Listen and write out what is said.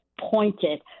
pointed